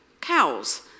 cows